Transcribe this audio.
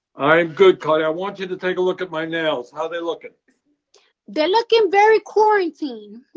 i'm good, cardi. i want you to take a look at my nails. how they looking? they're looking very quarantine.